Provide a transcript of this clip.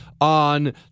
On